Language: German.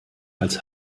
als